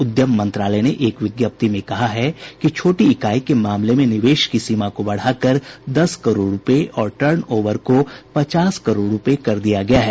उद्यम मंत्रालय ने एक विज्ञप्ति में कहा है कि छोटी इकाई के मामले में निवेश की सीमा को बढ़ाकर दस करोड़ रुपये और टर्नओवर को पचास करोड़ रुपये कर दिया गया है